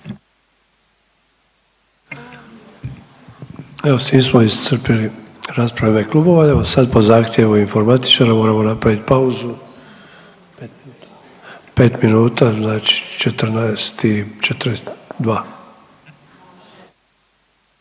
Evo, s tim smo iscrpili rasprave klubova. Idemo sad po zahtjevu informatičara, moramo napraviti pauzu. 5 minuta, znači 14 i 42.